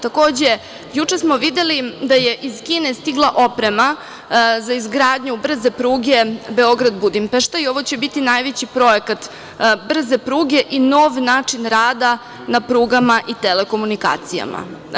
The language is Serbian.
Takođe, juče smo videli da je iz Kine stigla oprema za izgradnju brze pruge Beograd – Budimpešta i ovo će biti najveći projekat brze pruge i nov način rada na prugama i telekomunikacijama.